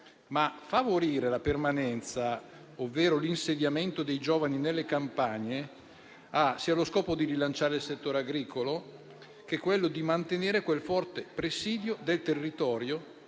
Favorire la permanenza, ovvero l'insediamento dei giovani nelle campagne ha sia lo scopo di rilanciare il settore agricolo, sia quello di mantenere quel forte presidio del territorio